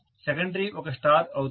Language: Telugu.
సెకండరీ ఒక స్టార్ అవుతుంది